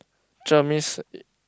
cher means